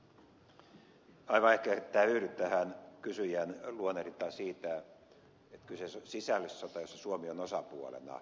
en aivan ehkä yhdy tähän kysyjän luonnehdintaan siitä että kyseessä on sisällissota jossa suomi on osapuolena